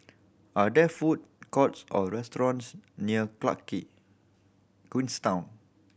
are there food courts or restaurants near queens town